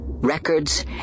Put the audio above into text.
...records